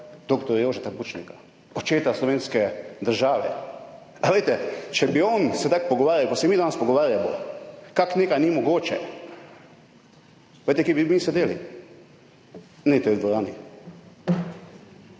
dr. Jožeta Pučnika, očeta slovenske države. A veste, če bi on se tako pogovarjal kot se mi danes pogovarjamo, kako nekaj ni mogoče, veste, kje bi mi sedeli? Ne v tej dvorani.